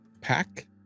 pack